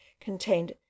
contained